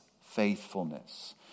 faithfulness